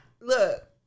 look